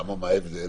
מה ההבדל?